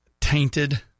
tainted